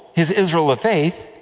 his israel of faith,